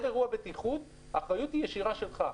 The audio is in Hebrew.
כל אירוע בטיחות האחריות היא ישירה שלך.